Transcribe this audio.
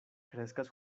kreskas